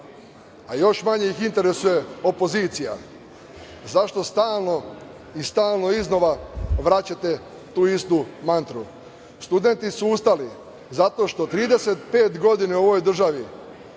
a još manje ih interesuje opozicija? Zašto stalno i stalno iznova vraćate tu istu mantru? Studenti su ustali zato što 35 godina u ovoj državi